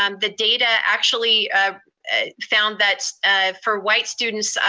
um the data actually ah ah found that for white students,